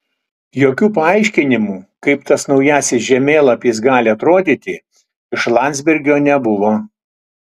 jokių paaiškinimų kaip tas naujasis žemėlapis gali atrodyti iš landsbergio nebuvo